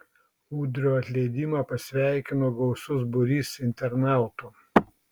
udrio atleidimą pasveikino gausus būrys internautų